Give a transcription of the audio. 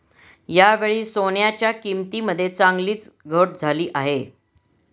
यावेळी सोन्याच्या किंमतीमध्ये चांगलीच घट झाली आहे